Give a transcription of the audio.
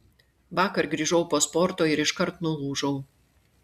vakar grįžau po sporto ir iškart nulūžau